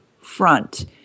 front